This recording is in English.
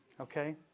Okay